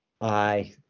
aye